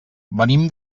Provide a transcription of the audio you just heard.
venim